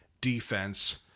defense